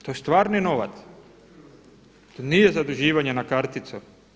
To je stvarni novac, to nije zaduživanje na karticu.